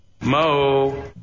Mo